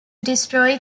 destroy